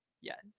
yes